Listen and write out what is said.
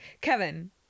Kevin